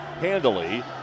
handily